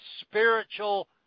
spiritual